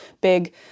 big